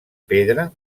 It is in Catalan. pedra